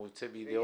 הוא יוצא בידיעות.